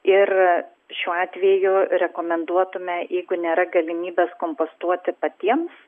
ir šiuo atveju rekomenduotume jeigu nėra galimybės kompostuoti patiems